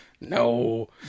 No